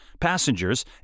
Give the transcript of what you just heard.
passengers